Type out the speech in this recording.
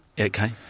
Okay